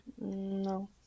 No